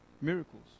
miracles